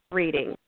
reading